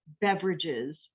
beverages